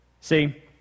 See